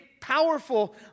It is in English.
powerful